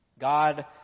God